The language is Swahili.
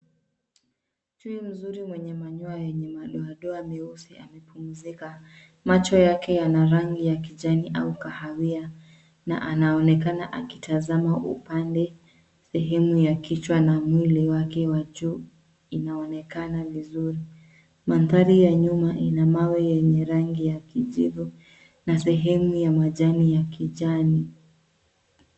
Chui mzuri mwenye manyoya na madoa meusi anapumzika. Macho yake yana rangi ya kijani au kahawia na anaonekana akitazama upande. Sehemu ya kichwa na mwili wake wa juu inaonekana vizuri. Mandhari ya nyuma ina mawe yenye rangi ya kijivu na sehemu ya majani ya kijani.